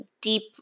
deep